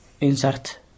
insert